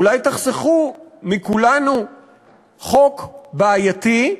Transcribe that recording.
אולי תחסכו מכולנו חוק בעייתי?